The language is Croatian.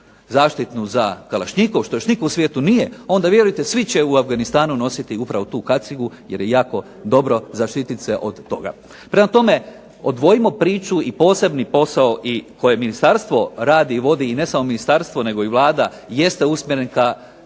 zaštitnu za kalašnjikov što još nitko u svijetu nije, onda vjerujte svi će u Afganistanu nositi tu kacigu jer je jako dobro zaštititi se od toga. Prema tome, odvojimo priču i posebni posao koje Ministarstvo radi i vodi, ne samo Ministarstvo i Vlada jeste usmjeren ka